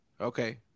Okay